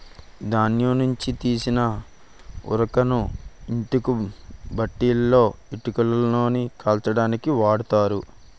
ధాన్యం నుంచి తీసిన ఊకను ఇటుక బట్టీలలో ఇటుకలను కాల్చడానికి ఓడుతారు